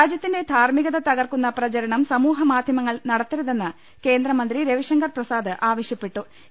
രാജ്യത്തിന്റെ ധാർമികത തകർക്കുന്ന പ്രചാരണം സാമൂ ഹ്യമാധ്യമങ്ങൾ നടത്തരുതെന്ന് കേന്ദ്രമന്ത്രി രവിശങ്കർ പ്രസാദ് വൃക്തമാക്കി